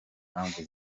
mpamvu